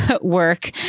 work